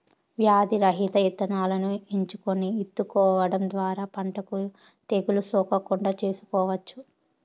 వ్యాధి రహిత ఇత్తనాలను ఎంచుకొని ఇత్తుకోవడం ద్వారా పంటకు తెగులు సోకకుండా చూసుకోవచ్చు